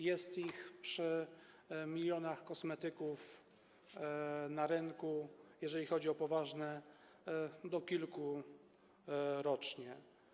Jest ich przy milionach kosmetyków na rynku, jeżeli chodzi o poważne przypadki, do kilku rocznie.